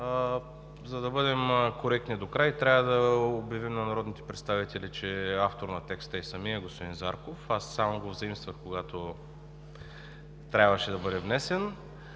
за да бъдем коректни докрай, трябва да обявим на народните представители, че автор на текста е самият господин Зарков. Аз само го взаимствах, когато трябваше да бъде внесен.